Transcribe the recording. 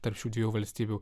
tarp šiųdviejų valstybių